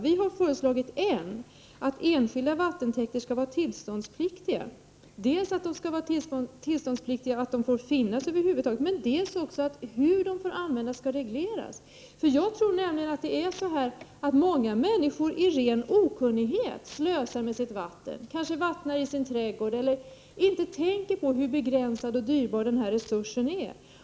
Vi har föreslagit en metod, att enskilda vattentäkter skall vara tillståndspliktiga. Det skall krävas tillstånd dels för att de över huvud taget skall få finnas, dels för hur de får användas. Jag tror nämligen att många människor i ren okunnighet slösar med sitt vatten, kanske vattnar i sin trädgård utan att tänka på hur begränsad och dyrbar den här resursen är.